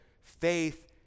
faith